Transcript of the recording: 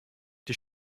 die